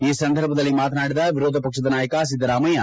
ಈ ಸಂದರ್ಭದಲ್ಲಿ ಮಾತನಾಡಿದ ವಿರೋಧ ಪಕ್ಷದ ನಾಯಕ ಸಿದ್ದರಾಮಯ್ಯ